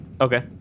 Okay